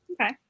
Okay